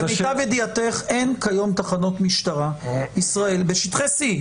למיטב ידיעתך אין כיום תחנות משטרה ישראל בשטחי C,